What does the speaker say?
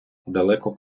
далеко